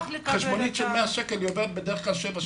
חשבונית של מאה שקלים עוברת בדרך כלל שבע,